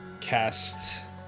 cast